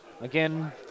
Again